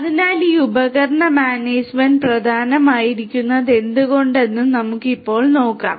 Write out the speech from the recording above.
അതിനാൽ ഈ ഉപകരണ മാനേജ്മെന്റ് പ്രധാനമായിരിക്കുന്നത് എന്തുകൊണ്ടെന്ന് നമുക്ക് ഇപ്പോൾ നോക്കാം